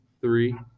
three